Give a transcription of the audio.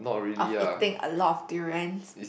of eating a lot of durians